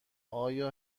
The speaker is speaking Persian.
آیا